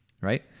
right